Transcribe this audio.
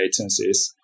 agencies